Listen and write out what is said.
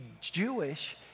Jewish